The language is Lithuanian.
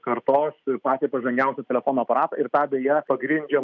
kartos patį pažangiausią telefono aparatą ir be abejo jie pagrindžia